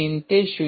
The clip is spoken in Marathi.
३ ते ०